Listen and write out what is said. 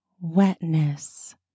wetness